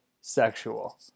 sexual